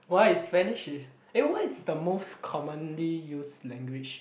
why is Spanish is eh what is the most commonly used language